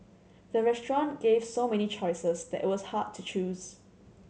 the restaurant gave so many choices that it was hard to choose